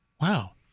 Wow